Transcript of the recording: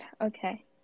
okay